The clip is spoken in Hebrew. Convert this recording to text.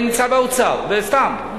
נמצא באוצר, בסתם.